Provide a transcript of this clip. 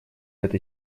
эта